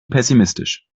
pessimistisch